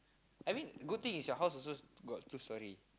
I mean good thing is your house also got two storey